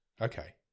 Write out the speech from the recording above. Okay